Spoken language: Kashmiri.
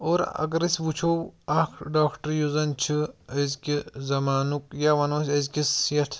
اور اگر أسۍ وُچھو اَکھ ڈاکٹر یُس زَن چھِ أزکہِ زمانُک یا وَنو أسۍ أزکِس یتھ